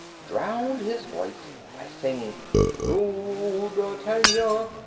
drowned his voice by singing rule, britannia,